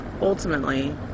ultimately